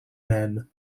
men